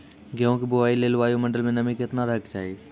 गेहूँ के बुआई लेल वायु मंडल मे नमी केतना रहे के चाहि?